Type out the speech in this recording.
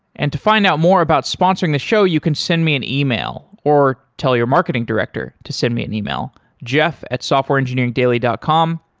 and to find out more about sponsoring the show, you can send me an email or tell your marketing director to send me an email, jeff at softwareengineering dot com.